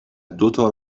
دوتا